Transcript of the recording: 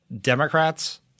Democrats